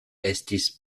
estis